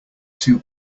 two